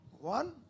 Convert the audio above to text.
One